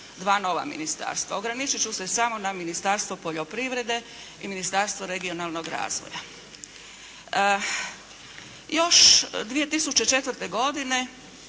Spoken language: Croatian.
dva nova ministarstva. Ograničit ću se samo na Ministarstvo poljoprivrede i Ministarstvo regionalnog razvoja. Još 2004. godine